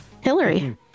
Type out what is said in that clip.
Hillary